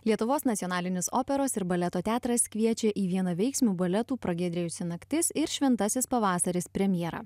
lietuvos nacionalinis operos ir baleto teatras kviečia į vienaveiksmių baletų pragiedrėjusi naktis ir šventasis pavasaris premjerą